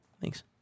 Thanks